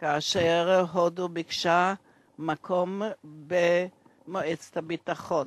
כאשר הודו ביקשה מקום במועצת הביטחון.